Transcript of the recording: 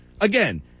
again